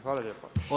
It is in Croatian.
Hvala lijepo.